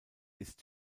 ist